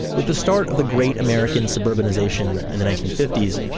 with the start of the great american suburbanization in the nineteen fifty s,